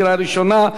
קריאה ראשונה.